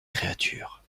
créature